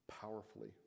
powerfully